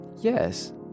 Yes